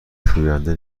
شوینده